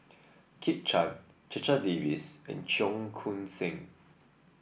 Kit Chan Checha Davies and Cheong Koon Seng